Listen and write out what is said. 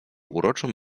uroczą